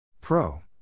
Pro